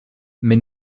mais